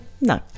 No